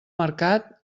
mercat